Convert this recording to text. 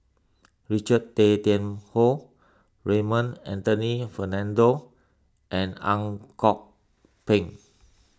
Richard Tay Tian Hoe Raymond Anthony Fernando and Ang Kok Peng